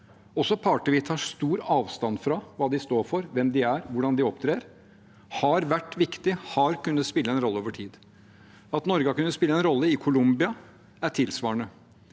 også parter vi tar sterkt avstand fra – hva de står for, hvem de er, hvordan de opptrer – har vært viktig og har kunnet spille en rolle over tid. At Norge har kunnet spille en rolle i Colombia, er tilsvarende.